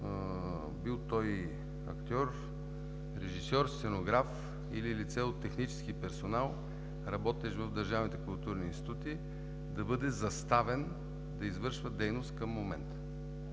бил той актьор, режисьор, сценограф или лице от техническия персонал, работещ в държавните културни институти, да бъде заставен да извършва дейност към момента.